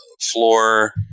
floor